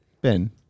Ben